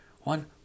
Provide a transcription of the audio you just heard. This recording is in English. one